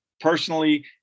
personally